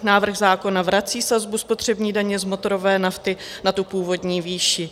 Návrh zákona vrací sazbu spotřební daně z motorové nafty na původní výši.